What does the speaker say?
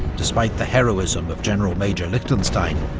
despite the heroism of general-major liechtenstein,